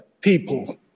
people